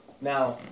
Now